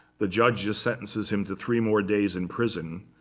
the judge just sentences him to three more days in prison,